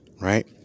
Right